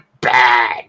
Bad